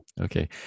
Okay